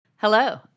Hello